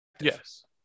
Yes